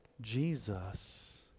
Jesus